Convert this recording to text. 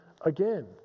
again